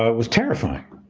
was terrifying.